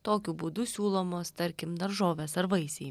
tokiu būdu siūlomos tarkim daržovės ar vaisiai